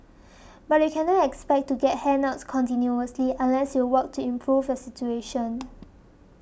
but you cannot expect to get handouts continuously unless you work to improve your situation